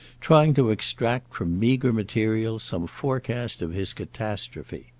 trying to extract from meagre material some forecast of his catastrophe.